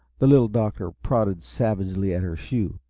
the little doctor prodded savagely at her shoe,